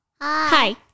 Hi